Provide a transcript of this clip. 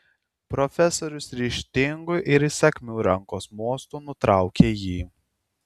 profesorius ryžtingu ir įsakmiu rankos mostu nutraukė jį